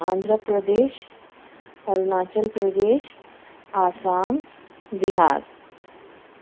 Andhra Pradesh Arunachal Pradesh Assam Bihar